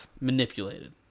manipulated